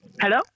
Hello